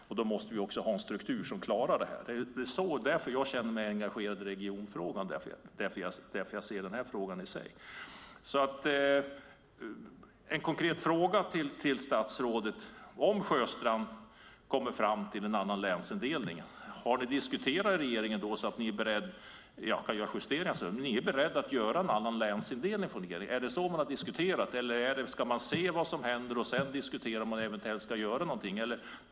Då måste det finnas en struktur som klarar det. Det är därför jag känner mig engagerad i regionfrågan. Jag har ett par konkreta frågor till statsrådet. Om Sjöstrand kommer fram till en annan länsindelning, har ni diskuterat i regeringen så att det går att göra justeringar? Är ni beredda att göra en annan länsindelning? Är det så ni har diskuterat? Ska ni se vad som händer och sedan diskutera vad som eventuellt ska göras?